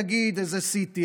נגיד איזה CT,